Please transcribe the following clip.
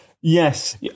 Yes